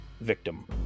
victim